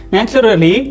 Naturally